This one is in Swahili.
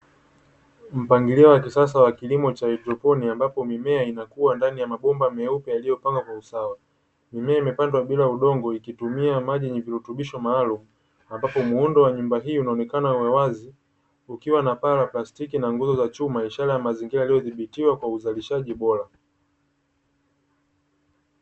Mpangilio wa kisasa wa kilimo cha haidroponi, ambapo mimea inakua ndani ya mabomba meupe yaliyopangwa kwa usawa. Mimea imepandwa bila udongo, ikitumia maji yenye virutubisho maalumu ambapo muundo wa nyumba hiyo unaonekana wa wazi, ukiwa na paa la plastiki na nguzo za chuma ishara ya mazingira yaliyodhibitiwa kwa uzalishaji bora.